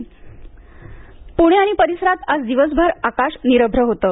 हवामान पुणे आणि परिसरात आज दिवसभर आकाश निरभ्र होतं